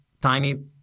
tiny